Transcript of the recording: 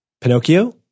Pinocchio